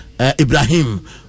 Ibrahim